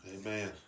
Amen